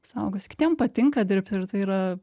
saugosi kitiem patinka dirbt ir tai yra